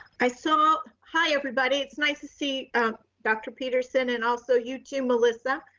i saw hi everybody. it's nice to see dr. peterson and also you too, melissa,